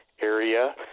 area